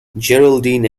geraldine